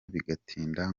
bigatinda